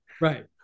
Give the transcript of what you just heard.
Right